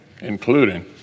including